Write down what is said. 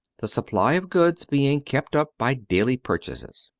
the supply of goods being kept up by daily purchases.